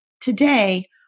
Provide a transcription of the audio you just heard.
Today